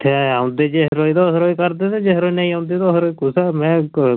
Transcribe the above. इत्थै औंदे जिस रोज ते उस रोज करदे ते जिस रोज नेईं औंदे ते उस रोज कुत्थै में